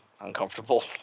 uncomfortable